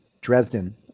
Dresden